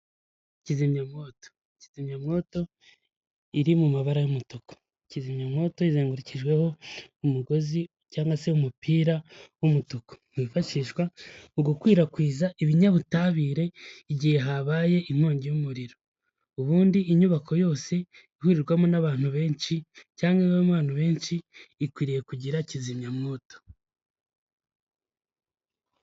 Kizimyamwoto, kizimyawoto iri mu mabara y'umutuku. Kizimyamwoto izengurukijweho umugozi cyangwa se umupira w'umutuku wifashishwa mu gukwirakwiza ibinyabutabire igihe habaye inkongi y'umuriro. Ubundi inyubako yose ihurirwamo n'abantu benshi cyangwa ibamo abantu benshi ikwiriye kugira kizimyamwoto.